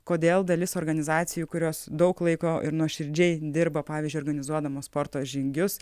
kodėl dalis organizacijų kurios daug laiko ir nuoširdžiai dirba pavyzdžiui organizuodamos sporto žygius